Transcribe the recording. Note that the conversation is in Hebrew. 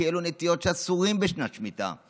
כי אלו נטיעות שאסורות בשנת שמיטה,